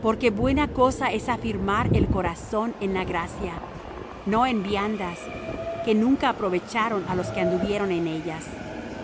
porque buena cosa es afirmar el corazón en la gracia no en viandas que nunca aprovecharon á los que anduvieron en ellas